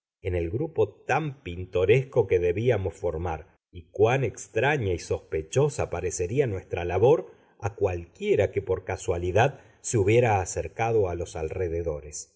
en el grupo tan pintoresco que debíamos formar y cuán extraña y sospechosa parecería nuestra labor a cualquiera que por casualidad se hubiera acercado a los alrededores